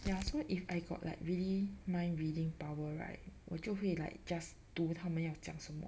ya so if I got like really mind reading power right 我就可以 like just 读他们要讲什么